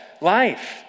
Life